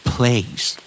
Place